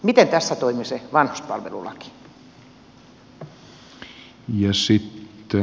miten tässä toimi se vanhuspalvelulaki